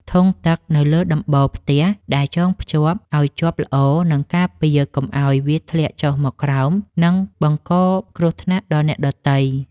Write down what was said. ធុងទឹកនៅលើដំបូលផ្ទះដែលចងភ្ជាប់ឱ្យជាប់ល្អនឹងការពារកុំឱ្យវាធ្លាក់ចុះមកក្រោម និងបង្កគ្រោះថ្នាក់ដល់អ្នកដទៃ។